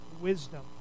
wisdom